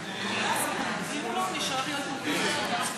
מה שאמרת שלא קרה.